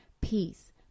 peace